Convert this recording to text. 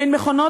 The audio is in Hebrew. בין המכונות